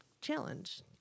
challenge